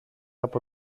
από